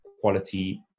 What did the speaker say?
quality